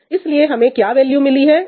इसलिए हमें क्या वैल्यू मिली है एक